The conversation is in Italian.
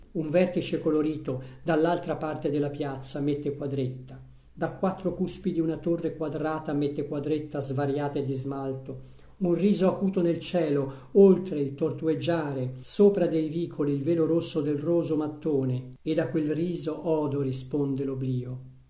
un vertice colorito dall'altra parte della piazza mette quadretta da quattro cuspidi una torre quadrata mette quadretta svariate di smalto un riso acuto nel cielo oltre il tortueggiare sopra dei vicoli il velo rosso del roso mattone ed a quel riso odo risponde